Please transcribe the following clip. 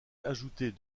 ajouter